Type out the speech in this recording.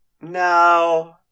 No